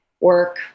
work